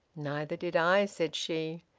neither did i, said she.